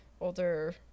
older